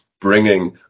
bringing